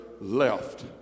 left